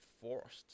forced